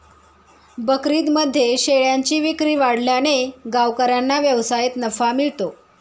बकरीदमध्ये शेळ्यांची विक्री वाढल्याने गावकऱ्यांना व्यवसायात नफा मिळतो